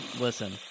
listen